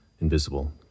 invisible